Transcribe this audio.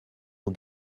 aux